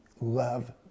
love